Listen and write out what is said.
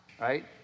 right